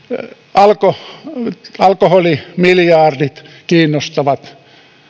alkoholimiljardit kiinnostavat